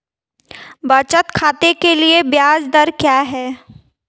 बचत खाते के लिए ब्याज दर क्या है?